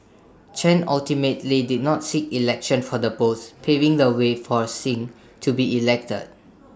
Chen ultimately did not seek election for the post paving the way for Singh to be elected